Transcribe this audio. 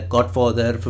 Godfather